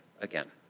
again